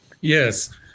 Yes